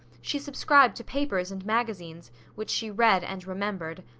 she subscribed to papers and magazines, which she read and remembered.